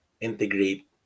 integrate